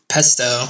Pesto